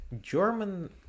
German